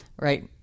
right